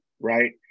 right